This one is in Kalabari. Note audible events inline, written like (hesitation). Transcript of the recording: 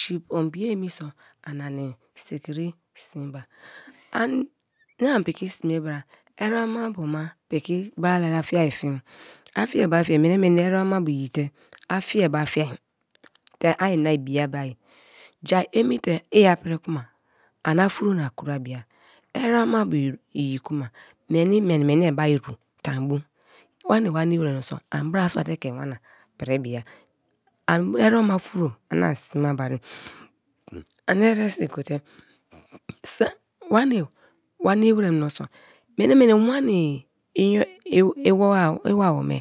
siobie emi so anani sikri sin ba (hesitation) mie piki sme bra erem-mabo ba piki bra lala fiai fie, a fie ba fie mene mene erem mabo iyite a fie te ai na ibi-a bo ayi, ja emite i a pri kuma ani afuro na kro a abia, eremabo iyi kuma meni mani mani-a ba iru tan bu wani wa nimi wer mioso ani bra sua te ke wana pri bia erema furo ani ani sima barie (noise) ani eresi gote (noise) wani wa nimi mioso mane mane wani (hesitation) iwo awome.